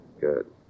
Good